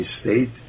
state